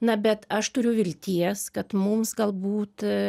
na bet aš turiu vilties kad mums galbūt